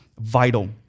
vital